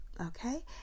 okay